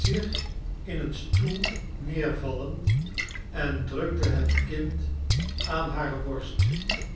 zich in sen stoel neervallen em drukte het bind aan hare borst